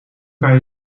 kan